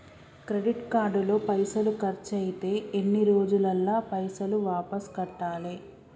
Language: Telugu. క్రెడిట్ కార్డు లో పైసల్ ఖర్చయితే ఎన్ని రోజులల్ల పైసల్ వాపస్ కట్టాలే?